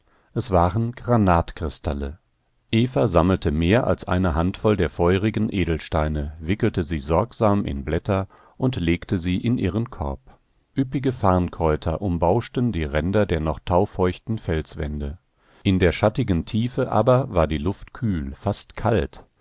es waren granatkristalle eva sammelte mehr als eine handvoll der feurigen edelsteine wickelte sie sorgsam in blätter und legte sie in ihren korb üppige farnkräuter umbauschten die ränder der noch taufeuchten felswände in der schattigen tiefe aber war die luft kühl fast kalt